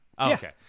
okay